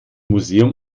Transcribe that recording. museum